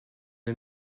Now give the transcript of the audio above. the